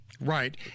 Right